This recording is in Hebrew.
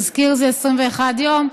תזכיר זה 21 יום,